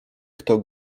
kto